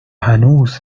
هنوز